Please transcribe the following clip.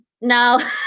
No